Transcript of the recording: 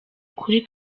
ukuri